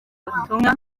butumwa